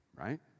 right